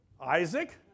Isaac